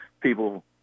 people